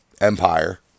empire